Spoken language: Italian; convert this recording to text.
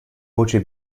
voce